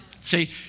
See